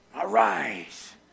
Arise